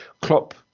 Klopp